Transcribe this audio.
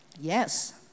Yes